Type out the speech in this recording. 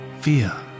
fear